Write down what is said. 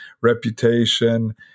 reputation